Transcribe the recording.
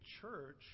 church